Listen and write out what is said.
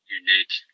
unique